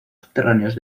subterráneos